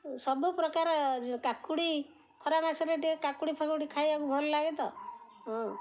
ସବୁ ପ୍ରକାର କାକୁଡ଼ି ଖରା ମାସରେ ଟିକେ କାକୁଡ଼ି ଫାକୁଡ଼ି ଖାଇବାକୁ ଭଲ ଲାଗେତ ହଁ